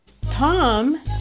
Tom